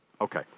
Okay